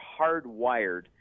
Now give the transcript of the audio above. hardwired